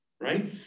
right